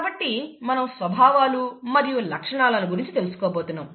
కాబట్టి మనం స్వభావాలు మరియు లక్షణాలు గురించి తెలుసుకోబోతున్నాం